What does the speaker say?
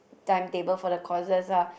timetable for the courses lah